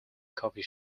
coffee